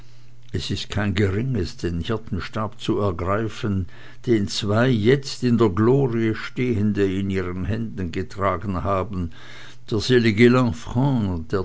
es ist kein geringes den hirtenstab zu ergreifen den zwei jetzt in der glorie stehende in den händen getragen haben der selige